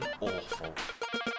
awful